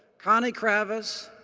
connie kravas,